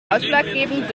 ausschlaggebend